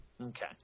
Okay